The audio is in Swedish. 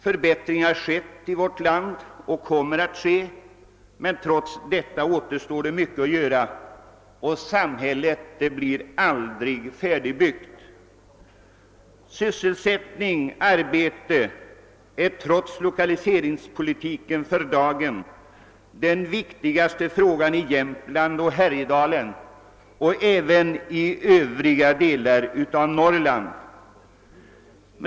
Förbättringar har skett i vårt land och kommer att ske, men trots detta återstår mycket att göra och samhället blir aldrig färdigbyggt. Sysselsättning och arbete är trots lokaliseringspolitiken för dagen den viktigaste frågan i Jämtland och Härjedalen och även i övriga delar av Norrland.